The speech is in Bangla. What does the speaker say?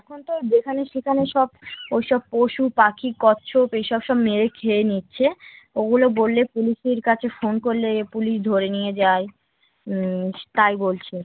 এখন তো যেখানে সেখানে সব ওই সব পশু পাখি কচ্ছপ এই সব সব মেরে খেয়ে নিচ্ছে ওগুলো বললে পুলিশের কাছে ফোন করলে পুলিশ ধরে নিয়ে যায় স্ তাই বলছে